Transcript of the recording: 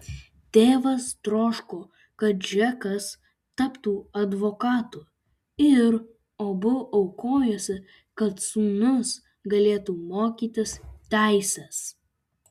tėvas troško kad džekas taptų advokatu ir abu aukojosi kad sūnus galėtų mokytis teisės